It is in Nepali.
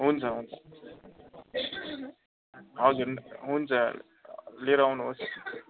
हुन्छ हुन्छ हजुर हुन्छ लिएर आउनुहोस्